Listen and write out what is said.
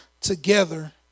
together